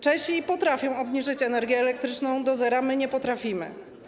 Czesi potrafią obniżyć energię elektryczną do zera, my nie potrafimy.